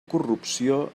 corrupció